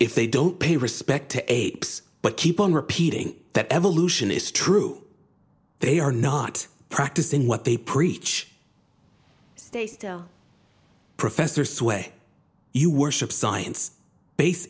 if they don't pay respect to apes but keep on repeating that evolution is true they are not practicing what they preach professor sway you worship science base